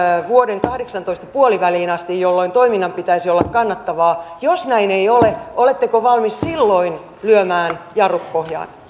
vuoden kahdeksantoista puoliväliin asti jolloin toiminnan pitäisi olla kannattavaa jos näin ei ole oletteko valmis silloin lyömään jarrut pohjaan